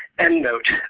endnote,